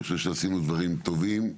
אני חושב שעשינו דברים שהם טובים.